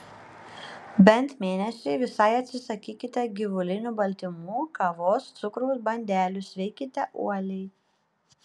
bent mėnesiui visai atsisakykite gyvulinių baltymų kavos cukraus bandelių sveikite uoliai